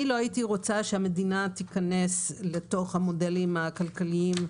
אני לא הייתי רוצה שהמדינה תיכנס לתוך המודלים הכלכליים.